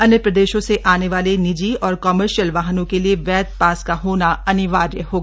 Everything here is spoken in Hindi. अन्य प्रदेशों से आने वाले निजी और कॉमर्शियल वाहनों के लिए वैध पास का होना अनिवार्य होगा